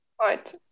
Right